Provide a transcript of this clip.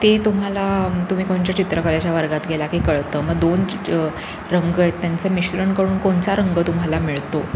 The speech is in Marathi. ते तुम्हाला तुम्ही कोणच्या चित्रकलेच्या वर्गात गेला की कळतं मग दोन रंग आहेत त्यांचं मिश्रणकडून कोणता रंग तुम्हाला मिळतो